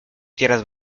tierras